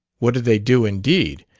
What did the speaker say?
what do they do, indeed?